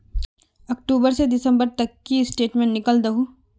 अक्टूबर से दिसंबर तक की स्टेटमेंट निकल दाहू?